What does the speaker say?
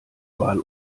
wahl